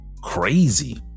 crazy